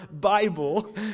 Bible